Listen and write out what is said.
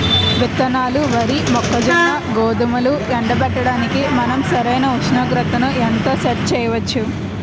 విత్తనాలు వరి, మొక్కజొన్న, గోధుమలు ఎండబెట్టడానికి మనం సరైన ఉష్ణోగ్రతను ఎంత సెట్ చేయవచ్చు?